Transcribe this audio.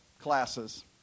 classes